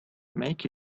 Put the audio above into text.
make